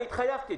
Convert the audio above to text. אני התחייבתי.